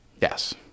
Yes